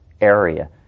area